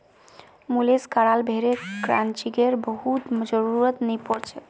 मुलेस कराल भेड़क क्रचिंगेर बहुत जरुरत नी पोर छेक